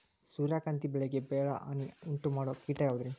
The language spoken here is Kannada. ಸೂರ್ಯಕಾಂತಿ ಬೆಳೆಗೆ ಭಾಳ ಹಾನಿ ಉಂಟು ಮಾಡೋ ಕೇಟ ಯಾವುದ್ರೇ?